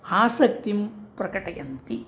आसक्तिं प्रकटयन्ति